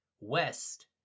West